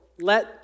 Let